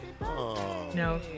No